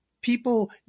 people